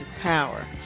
Power